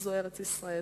ארץ-ישראל.